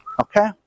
Okay